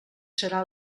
serà